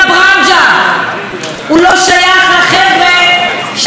הוא לא שייך לחבר'ה שמסתדרים אחד עם השני,